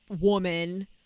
woman